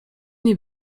nie